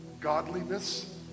godliness